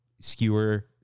skewer